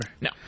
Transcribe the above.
No